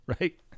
Right